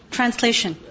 Translation